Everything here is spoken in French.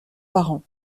parents